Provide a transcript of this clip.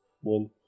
one